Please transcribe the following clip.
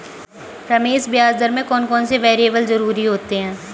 रमेश ब्याज दर में कौन कौन से वेरिएबल जरूरी होते हैं?